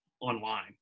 online